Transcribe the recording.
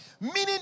Meaning